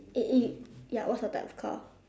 eh eh ya what's your type of car